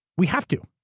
we have to.